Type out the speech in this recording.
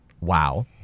Wow